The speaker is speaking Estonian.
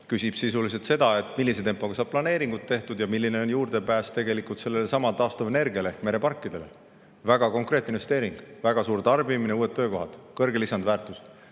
küsib sisuliselt seda, millise tempoga saab planeeringud tehtud ja milline on juurdepääs sellelesamale taastuvenergiale ehk mereparkidele. Väga konkreetne investeering, väga suur tarbimine, uued töökohad, kõrge lisandväärtus,